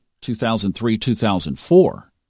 2003-2004